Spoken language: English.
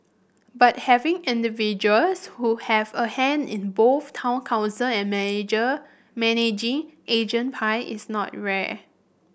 but having individuals who have a hand in both town council and manager managing agent pie is not rare